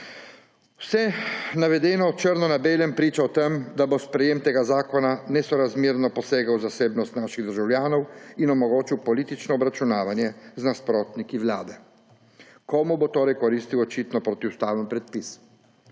Vse navedeno črno na belem priča o tem, da bo sprejem tega zakona nesorazmerno posegel v zasebnost naših državljanov in omogočil politično obračunavanje z nasprotniki Vlade. Komu bo torej koristil očitno protiustaven predpis?